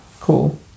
Cool